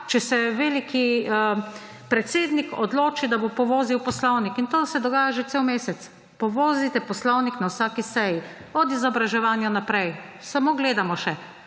če se veliki predsednik odloči, da bo povozil poslovnik. In to se dogaja že cel mesec. Povozite poslovnik na vsaki seji, od izobraževanja naprej. Samo gledamo še,